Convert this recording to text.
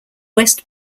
west